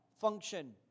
function